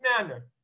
manner